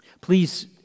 Please